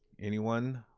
anyone,